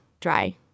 dry